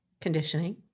Conditioning